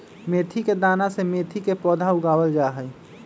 मेथी के दाना से मेथी के पौधा उगावल जाहई